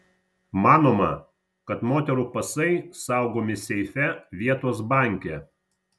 manoma kad moterų pasai saugomi seife vietos banke